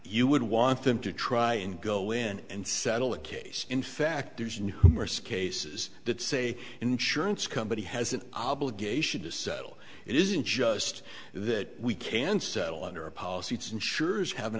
you would want them to try and go in and settle the case in fact there's numerous cases that say insurance company has an obligation to settle it isn't just that we can settle under a policy it's insurers have an